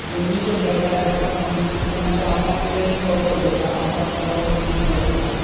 दोनूय जे प्रकार आसा तांचें तांचें आपआपले पर्पज आसा आपआपलो हेत आसता